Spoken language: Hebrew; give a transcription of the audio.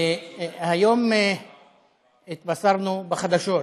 היום התבשרנו בחדשות,